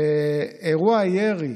אירוע הירי